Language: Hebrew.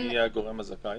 מי הגורם הזכאי?